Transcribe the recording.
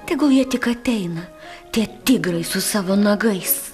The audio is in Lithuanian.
tegul jie tik ateina tie tigrai su savo nagais